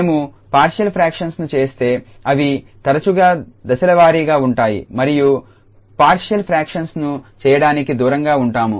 మేము partial fractions ను చేస్తే అవి తరచుగా దశలవారీగా ఉంటాయి మరియు పార్షియల్ ఫ్రాక్షన్స్ ను చేయడానికి దూరంగా ఉంటాయి